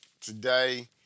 Today